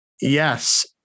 Yes